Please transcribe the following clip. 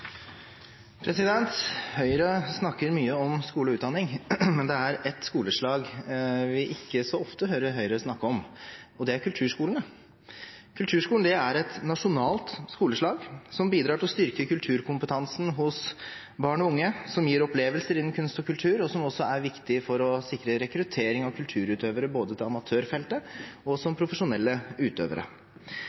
skoleslag vi ikke så ofte hører Høyre snakke om. Det er kulturskolen. Kulturskolen er et nasjonalt skoleslag som bidrar til å styrke kulturkompetansen hos barn og unge, som gir opplevelser innen kunst og kultur, og som også er viktig for å sikre rekruttering av kulturutøvere – både til amatørfeltet og med tanke på profesjonelle utøvere.